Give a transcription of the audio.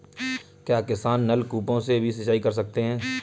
क्या किसान नल कूपों से भी सिंचाई कर सकते हैं?